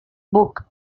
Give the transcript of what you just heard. book